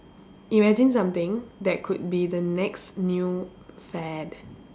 imagine something that could be the next new fad